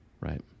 Right